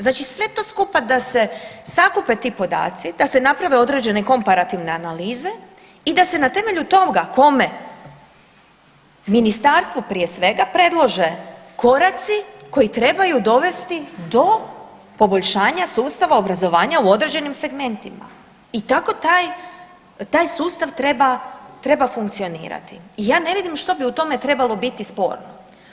Znači sve to skupa da se sakupe ti podaci, da se naprave određene komparativne analize i da se na temelju toga kome ministarstvo prije svega predlože koraci koji trebaju dovesti do poboljšanja sustava obrazovanja u određenim segmentima i tako taj sustav treba funkcionirati i ja ne vidim što bi u tome trebalo biti sporno.